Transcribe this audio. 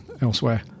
elsewhere